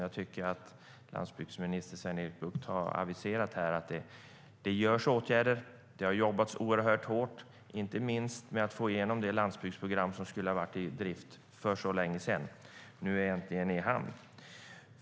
Jag tycker att landsbygdsminister Sven-Erik Bucht har aviserat att det vidtas åtgärder. Det har jobbats hårt, inte minst med att få igenom det landsbygdsprogram som skulle ha varit i funktion för så länge sedan. Nu är det äntligen i hamn.